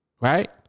right